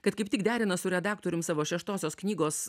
kad kaip tik derina su redaktorium savo šeštosios knygos